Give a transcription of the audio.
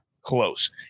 close